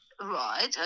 Right